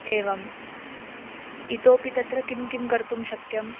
एवम् इतोपि तत्र किं किं कर्तुं शक्यं